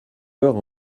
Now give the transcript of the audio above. heure